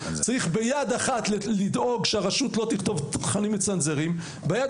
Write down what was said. צריך ביד אחת לדאוג שהרשות לא תכתוב תכנים לא מצונזרים וביד